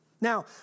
Now